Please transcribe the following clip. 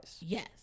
Yes